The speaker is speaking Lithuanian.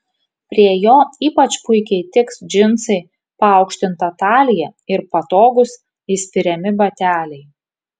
prie jo ypač puikiai tiks džinsai paaukštinta talija ir patogūs įspiriami bateliai